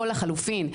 או לחלופין,